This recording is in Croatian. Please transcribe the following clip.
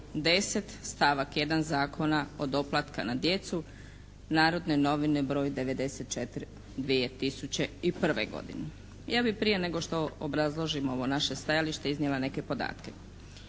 10. stavak 1. Zakona o doplatka na djecu "Narodne novine" br. 94, 2001. godine. Ja bih prije nego što obrazložim ovo naše stajalište iznijela neke podatke.